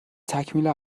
تکمیل